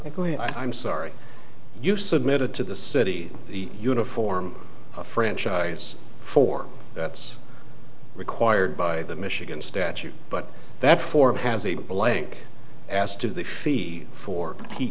correct i'm sorry you submitted to the city the uniform franchise for that's required by the michigan statute but that form has a blank as to the fee for